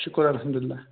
شُکُر الحَمدُاللہ